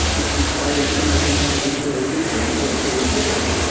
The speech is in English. which requires either some type of rehabilitation or a full replacement.